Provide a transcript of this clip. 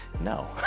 no